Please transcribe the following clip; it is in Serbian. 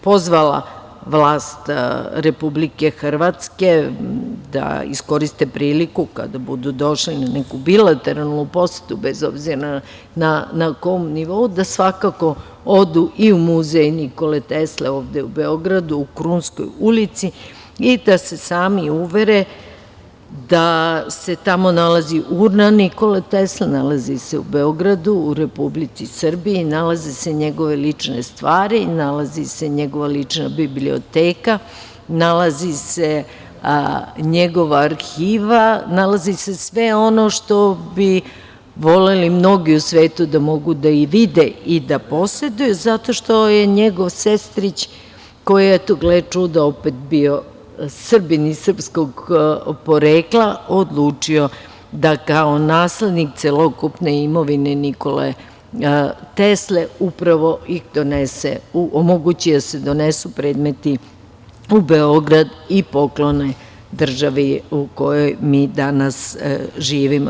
Pozvala bih vlast Republike Hrvatske, da iskoriste priliku, kada budu došli na neku bilateralnu posetu, bez obzira na kom nivou, da svakako odu i u Muzej Nikole Tesle, ovde u Beogradu, u Krunskoj ulici i da se sami uvere da se tamo nalazi urna Nikole Tesle, nalazi se u Beogradu, u Republici Srbiji, nalaze se njegove lične stvari, nalazi se njegova lična biblioteka, nalazi se njegova arhiva, nalazi se sve ono što bi voleli mnogi u svetu da mogu da vide i da poseduju, zato što je njegov sestrić, koji je, eto, gle čuda, opet bio Srbin i srpskog porekla, odlučio da kao naslednik celokupne imovine Nikole Tesle, upravo ih donese, omogući da se donesu predmeti u Beograd i poklone državi u kojoj mi danas živimo.